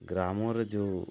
ଗ୍ରାମରେ ଯେଉଁ